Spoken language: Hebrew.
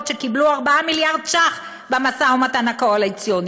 שקיבלו 4 מיליארד שקלים במשא-ומתן הקואליציוני.